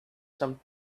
some